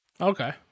Okay